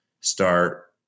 start